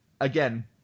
Again